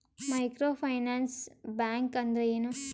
Micro finance bank ಅಂದ್ರ ಏನು?